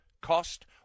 cost